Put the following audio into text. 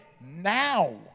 now